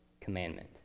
commandment